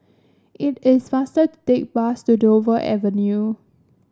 it is faster to take the bus to Dover Avenue